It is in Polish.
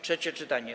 Trzecie czytanie.